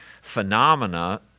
phenomena